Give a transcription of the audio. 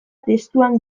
testuan